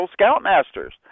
scoutmasters